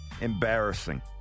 Embarrassing